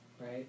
right